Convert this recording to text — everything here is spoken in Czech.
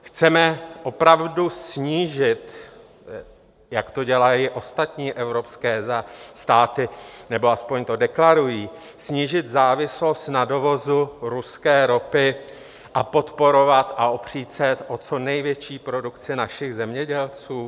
Chceme opravdu snížit, jak to dělají ostatní evropské státy, nebo aspoň to deklarují, snížit závislost na dovozu ruské ropy a podporovat a opřít se o co největší produkci našich zemědělců?